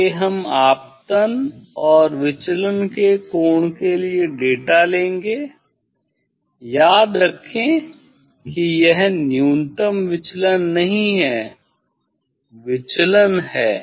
आगे हम आपतन और विचलन के कोण के लिए डेटा लेंगे याद रखें कि यह न्यूनतम विचलन नहीं है विचलन है